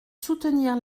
soutenir